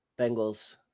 Bengals